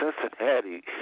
Cincinnati